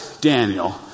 Daniel